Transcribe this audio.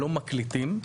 לא מקליטים,